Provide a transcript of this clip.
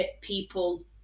people